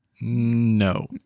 No